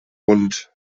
und